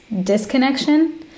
disconnection